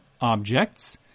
objects